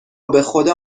بخدا